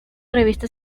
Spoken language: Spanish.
revista